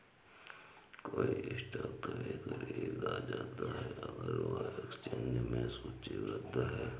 कोई स्टॉक तभी खरीदा जाता है अगर वह एक्सचेंज में सूचीबद्ध है